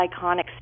iconic